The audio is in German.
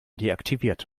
deaktiviert